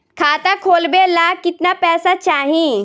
खाता खोलबे ला कितना पैसा चाही?